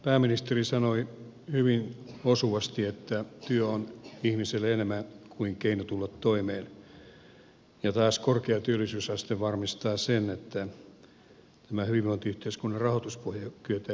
pääministeri sanoi hyvin osuvasti että työ on ihmiselle enemmän kuin keino tulla toimeen ja taas korkea työllisyysaste varmistaa sen että tämä hyvinvointiyhteiskunnan rahoituspohja kyetään jotenkin hoitamaan